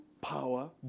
power